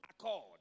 accord